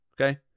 Okay